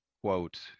quote